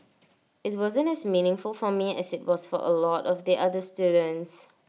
IT wasn't as meaningful for me as IT was for A lot of the other students